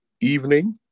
evening